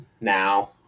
now